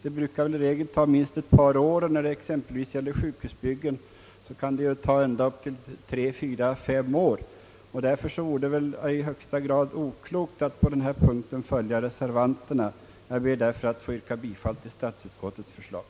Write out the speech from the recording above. I regel tar det minst ett par år, och när det gäller exempelvis sjukhusbyggen kan det ta tre, fyra, ja ända upp till fem år. Därför vore det i högsta grad oklokt att på denna punkt följa reservanterna. Jag ber, herr talman, att få yrka bifall till utskottets förslag.